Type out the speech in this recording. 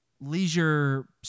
leisure